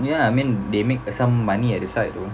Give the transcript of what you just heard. ya I mean they make some money at the side though